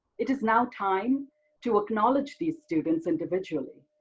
it is now time to acknowledge these students individually.